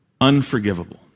Unforgivable